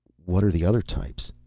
what are the other types?